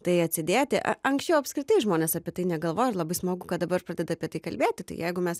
tai atsidėti anksčiau apskritai žmonės apie tai negalvojo ir labai smagu kad dabar pradeda apie tai kalbėti tai jeigu mes